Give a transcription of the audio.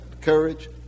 Courage